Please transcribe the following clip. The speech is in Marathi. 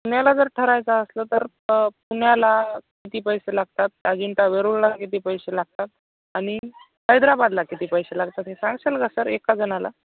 पुण्याला जर ठरायचं असलं तर प पुण्याला किती पैसे लागतात अजिंठा वेरूळला किती पैसे लागतात आणि हैदराबादला किती पैसे लागतात हे सांगशाल का सर एका जणाला